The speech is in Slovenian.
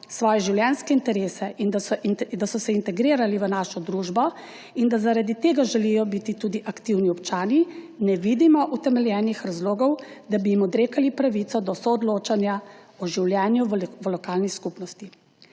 svoje življenjske interese, in da so se integrirali v našo družbo in da zaradi tega želijo biti tudi aktivni občani, ne vidimo utemeljenih razlogov, da bi jim odrekali pravico do soodločanja o življenju v lokalni skupnosti.